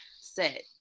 set